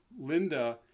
Linda